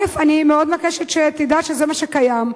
אני מאוד מבקשת שתדע שזה מה שקיים,